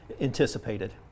anticipated